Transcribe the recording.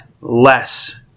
less